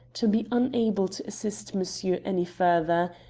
to be unable to assist monsieur any further.